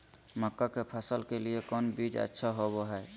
मक्का के फसल के लिए कौन बीज अच्छा होबो हाय?